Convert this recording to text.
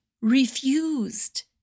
refused